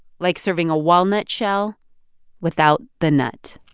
like serving a walnut shell without the net